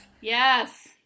yes